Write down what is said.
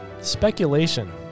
Speculation